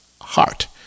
heart